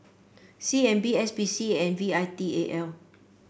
C N B S P C and V I T A L